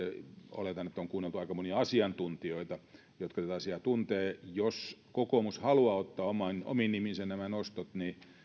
oletan että on kuunneltu aika monia asiantuntijoita jotka tätä asiaa tuntevat jos kokoomus haluaa ottaa omiin nimiinsä nämä nostot niin